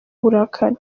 uburakari